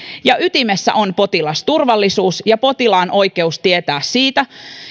ja ytimessä on potilasturvallisuus ja potilaan oikeus tietää siitä